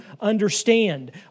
understand